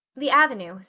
the avenue,